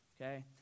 okay